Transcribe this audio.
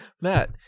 Matt